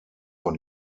von